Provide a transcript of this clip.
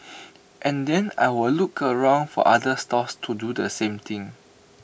and then I'll look around for other stalls to do the same thing